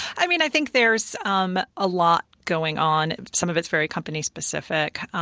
i mean i think there's um a lot going on, some of it's very company specific.